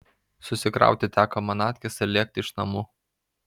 susikrauti teko manatkes ir lėkti iš namų